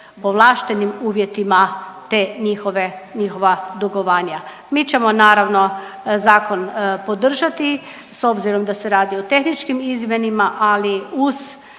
povlaštenim uvjetima te njihove, njihova dugovanja. Mi ćemo naravno, zakon, podržati s obzirom da se radi o tehničkim izmjenima, ali uz